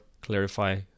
clarify